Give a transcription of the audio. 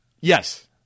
Yes